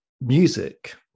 music